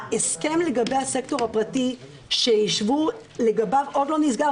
ההסכם לגבי הסקטור הפרטי שישבו לגביו עוד לא נסגר.